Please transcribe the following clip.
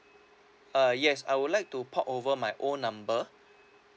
uh yes I would like to port over my own number